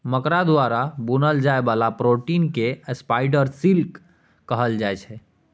मकरा द्वारा बुनल जाइ बला प्रोटीन केँ स्पाइडर सिल्क कहल जाइ छै